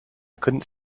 couldn’t